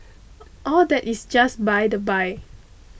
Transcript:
all that is just by the by